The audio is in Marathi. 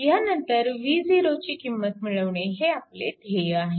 ह्या नंतर v0 ची किंमत मिळवणे हे आपले ध्येय आहे